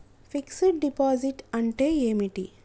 Fix డ్ deposit అంటే ఏమిటి?